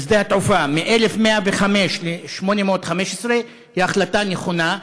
בשדה התעופה, מ-1,105 ל-815, היא החלטה נכונה.